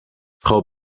frau